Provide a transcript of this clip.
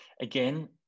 again